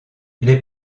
les